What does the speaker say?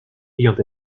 ayant